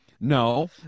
No